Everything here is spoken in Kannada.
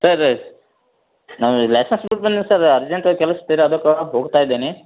ಸರ್ ನಾವು ಸರ್ ಅರ್ಜೆಂಟ್ ಕೆಲ್ಸ ಇತೆ ರೀ ಅದಕ್ಕ ಹೋಗ್ತಾ ಇದ್ದೇನೆ